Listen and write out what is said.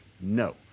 No